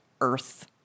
earth